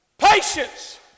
Patience